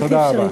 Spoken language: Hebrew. תודה רבה.